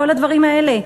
כל הדברים האלה.